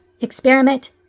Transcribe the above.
experiment